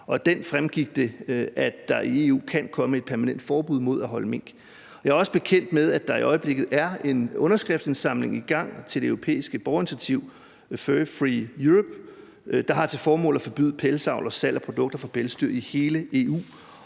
den fremgik det, at der i EU kan komme et permanent forbud mod at holde mink. Jeg er også bekendt med, at der i øjeblikket er en underskriftsindsamling i gang til det europæiske borgerinitiativ Fur Free Europe, der har til formål at forbyde pelsdyravl og salg af produkter fra pelsdyr i hele EU,